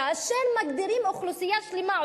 כאשר מגדירים אוכלוסייה שלמה,